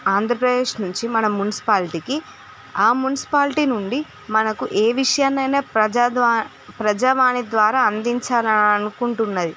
ఆంధ్రప్రదేశ్ నుంచి మన మ్యునిసిపాలిటీకి ఆ మ్యునిసిపాలిటి నుండి మనకు ఏ విషయాన్నైనా ప్రజా ద్వా ప్రజావాణి ద్వారా అందించాలనికుంటున్నది